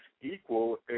equal